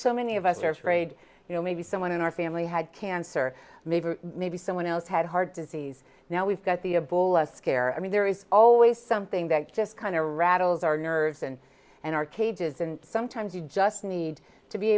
so many of us are afraid you know maybe someone in our family had cancer maybe maybe someone else had heart disease now we've got the a bullet scare i mean there is always something that just kind of rattles our nerves and and our cages and sometimes you just need to be